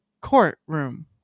courtroom